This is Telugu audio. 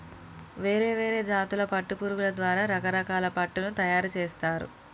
వేరే వేరే జాతుల పట్టు పురుగుల ద్వారా రకరకాల పట్టును తయారుచేస్తారు